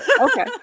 Okay